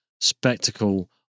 spectacle